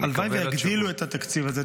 הלוואי ויגדילו את התקציב הזה.